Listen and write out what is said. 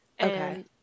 Okay